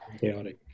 chaotic